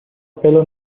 pelo